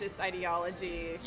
ideology